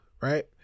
right